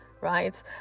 right